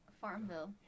Farmville